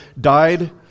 died